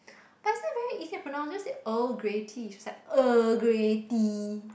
but I say very easy to pronounce just say Earl Grey tea she's like Early Grey tea